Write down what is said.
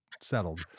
settled